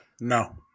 No